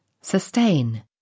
sustain